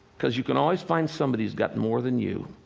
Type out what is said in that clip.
because you can always find somebody who's got more than you.